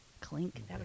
Clink